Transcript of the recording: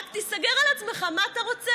רק תיסגר על עצמך, מה אתה רוצה.